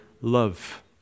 love